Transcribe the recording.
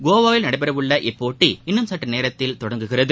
கோவாவில் நடைபெற உள்ள இப்போட்டி இன்னும் சற்று நேரத்தில் தொடங்குகிறது